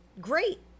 Great